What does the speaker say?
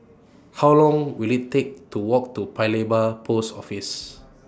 How Long Will IT Take to Walk to Paya Lebar Post Office